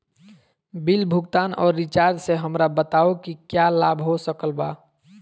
Bill भुगतान और recharge से हमरा बताओ कि क्या लाभ हो सकल बा?